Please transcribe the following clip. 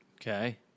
Okay